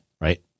right